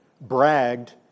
bragged